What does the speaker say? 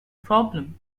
problem